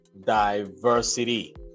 diversity